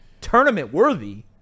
tournament-worthy